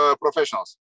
professionals